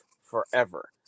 forever